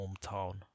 hometown